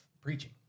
preaching